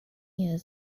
years